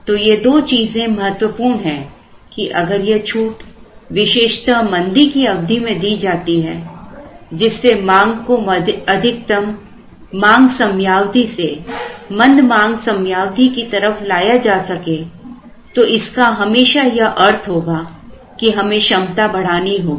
तो ये दो चीजें महत्वपूर्ण हैं कि अगर यह छूट विशेषतः मंदी की अवधि में दी जाती है जिससे मांग को अधिकतम मांग समयावधि से मंद मांग समयावधि की तरफ लाया जा सके तो इसका हमेशा यह अर्थ होगा कि हमें क्षमता बढ़ानी होगी